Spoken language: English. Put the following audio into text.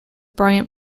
bryant